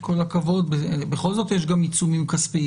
עם כל הכבוד, בכל זאת יש גם עיצומים כספיים.